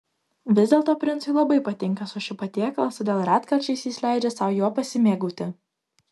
vis dėlto princui labai patinka suši patiekalas todėl retkarčiais jis leidžia sau juo pasimėgauti